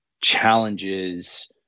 challenges